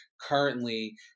Currently